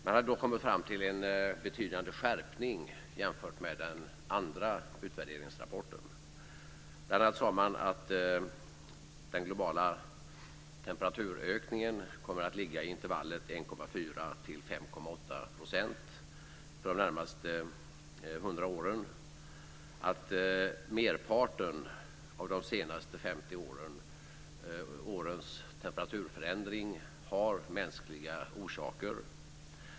Man har kommit fram till en betydande skärpning jämfört med den andra utvärderingsrapporten. Man sade bl.a. att den globala temperaturökningen kommer att ligga i intervallet 1,4-5,8 % de närmaste 100 åren och att merparten av de senaste 50 årens temperaturförändring har mänskliga orsaker.